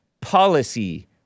policy